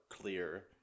clear